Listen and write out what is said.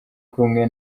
kumwe